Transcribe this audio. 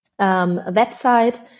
website